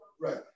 right